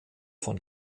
von